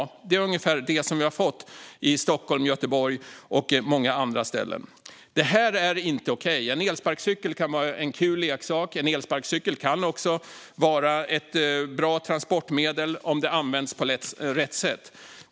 Det är ungefär vad vi har fått i Stockholm och Göteborg och på många andra ställen. Det är inte okej. En elsparkcykel kan vara en kul leksak. En elsparkcykel kan också vara ett bra transportmedel, om den används på rätt sätt.